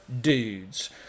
dudes